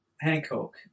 Hancock